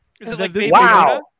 Wow